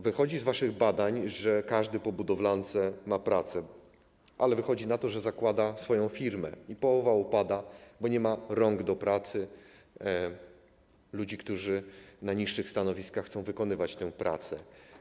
Wychodzi z waszych badań, że każdy po budowlance ma pracę, ale wychodzi na to, że zakłada swoją firmę i połowa upada, bo nie ma rąk do pracy, ludzi, którzy na niższych stanowiskach chcą wykonywać tę pracę.